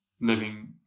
living